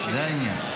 העניין.